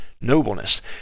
nobleness